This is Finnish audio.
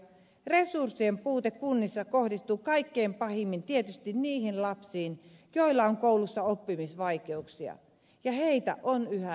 resurssien puute kunnissa kohdistuu kaikkein pahimmin tietysti niihin lapsiin joilla on koulussa oppimisvaikeuksia ja heitä on yhä enemmän